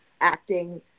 Acting